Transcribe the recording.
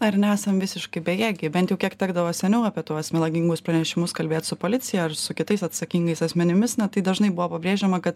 ar nesam visiškai bejėgiai bent jau kiek tekdavo seniau apie tuos melagingus pranešimus kalbėt su policija ar su kitais atsakingais asmenimis na tai dažnai buvo pabrėžiama kad